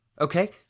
okay